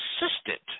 assistant